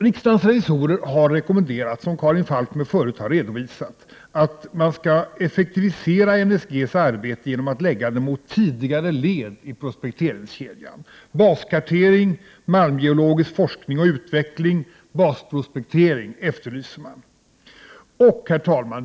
Riksdagens revisorer har rekommenderat, som Karin Falkmer tidigare redovisat, att NSG:s arbete skall effektiviseras genom att en tyngdpunktsförskjutning skall ske mot tidigare led i prospekteringskedjan. Man efterlyser baskartering, malmgeologisk forskning och utveckling och basprospektering. Herr talman!